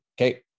okay